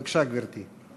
בבקשה, גברתי.